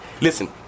Listen